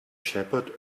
shepherd